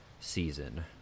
season